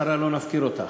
השרה, לא נפקיר אותך.